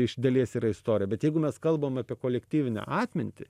iš dalies yra istorija bet jeigu mes kalbam apie kolektyvinę atmintį